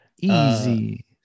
easy